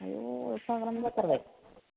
आयु एफाग्राब जाथारबाय